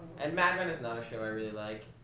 and mad men is not a show i really like,